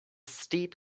steep